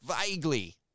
vaguely